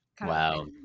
Wow